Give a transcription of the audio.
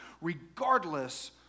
regardless